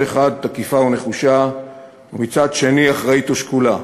אחד תקיפה ונחושה ומצד שני אחראית ושקולה,